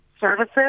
services